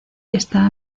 está